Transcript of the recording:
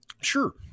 Sure